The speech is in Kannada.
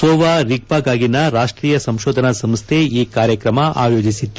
ಸೋವಾ ರಿಗ್ವಾಗಾಗಿನ ರಾಷ್ಟೀಯ ಸಂಶೋಧನಾ ಸಂಸ್ಥೆ ಈ ಕಾರ್ಯಕ್ರಮ ಆಯೋಜಿಸಿತ್ತು